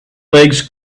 legs